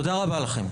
תודה רבה לכם.